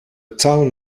town